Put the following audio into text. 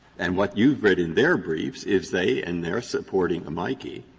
and what you've read in their briefs is they, in their supporting amici,